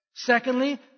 Secondly